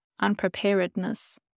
unpreparedness